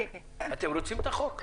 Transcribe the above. אתם רוצים את החוק?